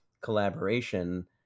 collaboration